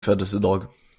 födelsedag